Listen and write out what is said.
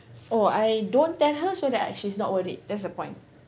oh I don't tell her so that uh she's not worried that's the point